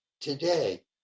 today